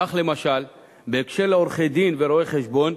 כך, למשל, בקשר לעורכי-דין ורואי-חשבון,